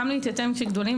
גם להתייתם כשגדולים,